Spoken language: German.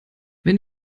wenn